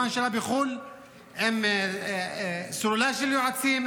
אבל היום רוב הזמן השרה מבלה את זמנה בחו"ל עם סוללה של יועצים,